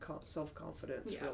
self-confidence